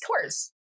tours